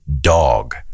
dog